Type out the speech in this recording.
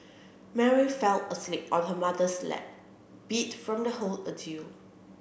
Mary fell asleep on her mother's lap beat from the whole ordeal